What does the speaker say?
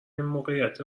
موقعیت